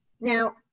Now